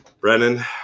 Brennan